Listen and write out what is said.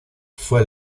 fue